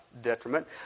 detriment